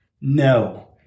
no